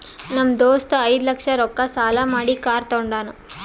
ನಮ್ ದೋಸ್ತ ಐಯ್ದ ಲಕ್ಷ ರೊಕ್ಕಾ ಸಾಲಾ ಮಾಡಿ ಕಾರ್ ತಗೊಂಡಾನ್